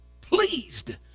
pleased